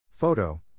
Photo